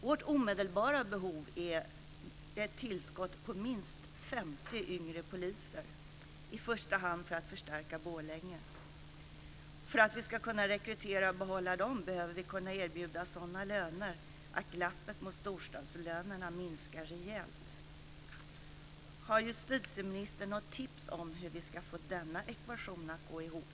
Vårt omedelbara behov är ett tillskott på minst 50 yngre poliser, i första hand för att förstärka Borlänge. För att vi ska kunna rekrytera och behålla dem behöver vi kunna erbjuda sådana löner att glappet mot storstadslönerna minskar rejält. Har justitieministern något tips på hur vi ska få denna ekvation att gå ihop?